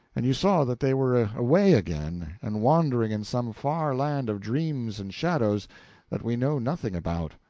and you saw that they were away again and wandering in some far land of dreams and shadows that we know nothing about.